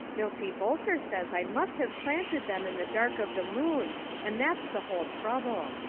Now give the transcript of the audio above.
milty boulter says i must have planted them in the dark of the moon and that's the whole trouble.